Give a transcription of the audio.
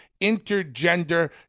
intergender